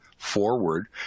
forward